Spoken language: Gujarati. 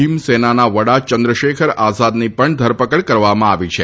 ભીમ સેનાના વડા ચંદ્રશેખર આઝાદની પણ ધરપકડ કરવામાં આવી છે